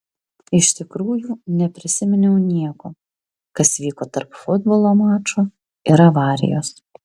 iš tikrųjų neprisiminiau nieko kas vyko tarp futbolo mačo ir avarijos